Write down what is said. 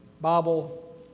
Bible